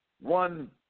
one